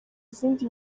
izindi